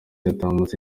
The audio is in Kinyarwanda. yatambutse